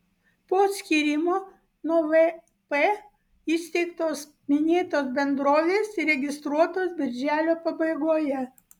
po atskyrimo nuo vp įsteigtos minėtos bendrovės įregistruotos birželio pabaigoje